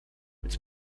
it’s